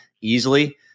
easily